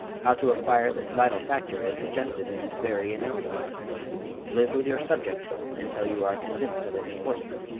how to acquire this vital factor is suggested in its very analysis live with your subject until you are convinced of its importance.